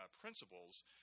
principles